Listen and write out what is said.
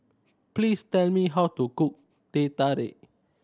please tell me how to cook Teh Tarik